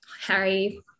Harry